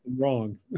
wrong